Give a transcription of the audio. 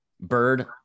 Bird